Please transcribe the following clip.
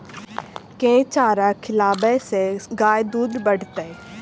केँ चारा खिलाबै सँ गाय दुध बढ़तै?